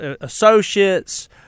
associates